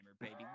baby